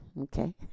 okay